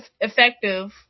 effective